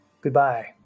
Goodbye